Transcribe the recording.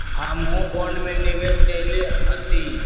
हमहुँ बॉन्ड में निवेश कयले हती